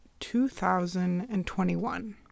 2021